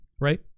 right